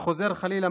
וחוזר חלילה.